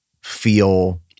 feel